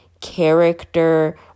character